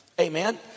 Amen